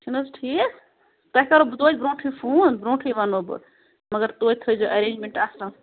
چھُنہٕ حظ ٹھیٖک تۄہہِ کَرو بہٕ توتہِ برٛونٛٹھٕے فون برٛونٛٹھٕے وَنو بہٕ مگر توتہِ تھایزیو اٮ۪رینٛجمٮ۪نٛٹ اَصٕل